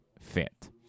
fit